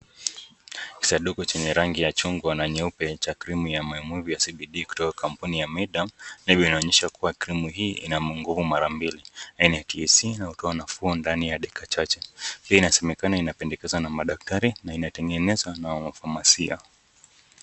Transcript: Sanduku chenye rangi ya chungwa na nyeupe cha krimu ya maumivu ya CBD kutoka kampuni ya Myaderm, inaonyesha kuwa krimu hii ina nguvu ya mara mbili, haina THC inayotoa nafuu ndani ya dakika chache. Pia inasemekana inapendekezwa na madaktari na inatengenezwa na wafamasia.